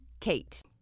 KATE